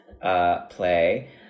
play